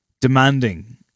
demanding